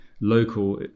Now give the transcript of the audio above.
local